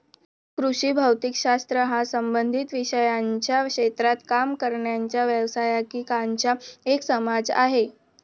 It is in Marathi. कृषी भौतिक शास्त्र हा संबंधित विषयांच्या क्षेत्रात काम करणाऱ्या व्यावसायिकांचा एक समाज आहे